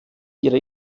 ihre